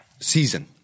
season